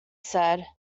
said